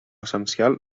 essencial